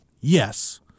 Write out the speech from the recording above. yes